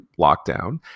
lockdown